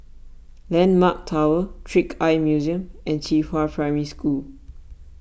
Landmark Tower Trick Eye Museum and Qihua Primary School